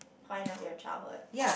point of your childhood